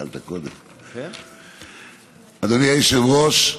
אדוני היושב-ראש,